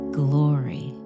glory